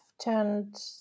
turned